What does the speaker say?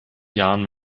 jahren